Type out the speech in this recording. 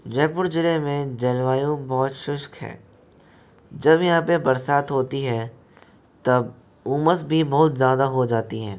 जयपुर जिले में जलवायु बहुत शुष्क है जब यहाँ पे बरसात होती है तब उमस भी बहुत ज़्यादा हो जाती है